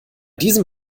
diesem